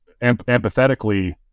empathetically